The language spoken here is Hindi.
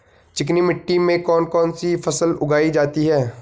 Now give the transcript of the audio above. चिकनी मिट्टी में कौन कौन सी फसल उगाई जाती है?